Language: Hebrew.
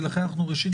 ולכן ראשית,